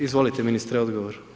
Izvolite ministre, odgovor.